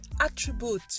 attribute